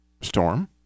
storm